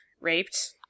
raped